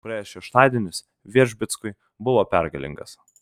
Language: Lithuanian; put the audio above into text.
praėjęs šeštadienis veržbickui buvo pergalingas